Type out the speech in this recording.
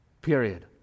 period